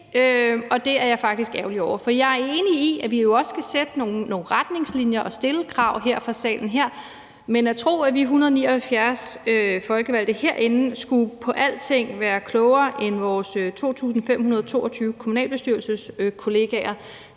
og det er jeg faktisk ærgerlig over. Jeg er enig i, at vi jo også skal sætte nogle retningslinjer og stille krav her fra salen, men den analyse, at vi 179 folkevalgte herinde skulle være klogere på alting end vores 2.522 kommunalbestyrelseskollegaer,